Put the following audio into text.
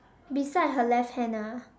beside her left hand ah